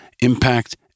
impact